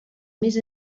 més